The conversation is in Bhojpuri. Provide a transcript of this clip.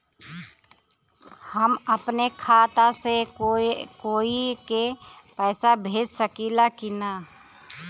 हम अपने खाता से कोई के पैसा भेज सकी ला की ना?